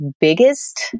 biggest